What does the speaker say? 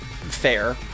fair